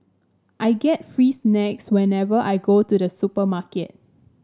I get free snacks whenever I go to the supermarket